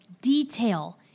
detail